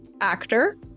actor